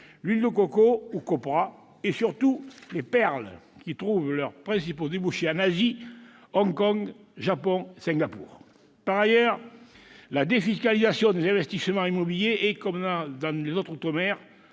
l'huile de coco, ou coprah, et, surtout, les perles, qui trouvent leurs principaux débouchés en Asie, en premier lieu à Hong Kong, au Japon et à Singapour. Par ailleurs, la défiscalisation des investissements immobiliers est, comme dans les autres outre-mer,